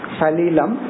salilam